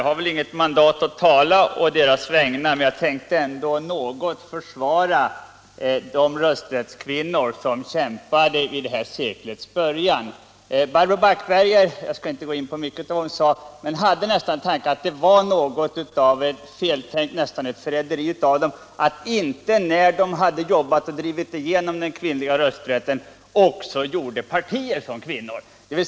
Herr talman! Jag har antagligen inte mandat att tala för de rösträttskvinnor som kämpade i detta sekels början. Men jag vill bara, utan att närmare gå in på vad Barbro Backberger anförde, säga att jag fick intrycket att hon tyckte att det nästan var ett förräderi av dessa kvinnor att de — när de arbetat för och varit med om att driva igenom den kvinnliga rösträtten — inte samtidigt bildade partier som kvinnor.